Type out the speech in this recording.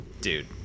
dude